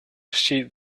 see